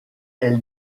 elle